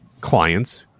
clients